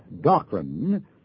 doctrine